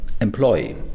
employee